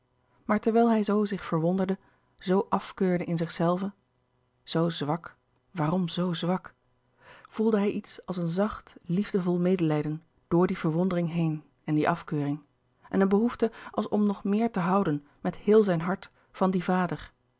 maar terwijl hij zoo zich verwonderde zoo afkeurde in zichzelven zoo zwak waarom zoo zwak voelde hij iets als een zacht liefdevol medelijden door die verwondering heen en die afkeuring en een behoefte als om nog meer te houden met heel zijn hart van dien vader